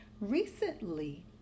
Recently